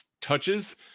touches